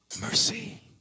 mercy